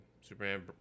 Superman